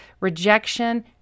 rejection